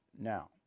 now